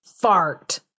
fart